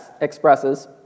expresses